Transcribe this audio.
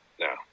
No